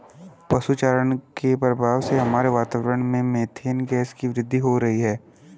पशु चारण के प्रभाव से हमारे वातावरण में मेथेन गैस की वृद्धि हो रही है